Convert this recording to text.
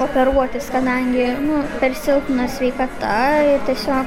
operuotis kadangi per silpna sveikata ir tiesiog